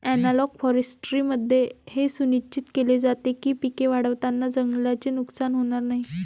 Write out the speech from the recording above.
analogue फॉरेस्ट्रीमध्ये हे सुनिश्चित केले जाते की पिके वाढवताना जंगलाचे नुकसान होणार नाही